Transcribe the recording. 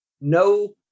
no